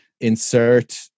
insert